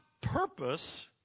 purpose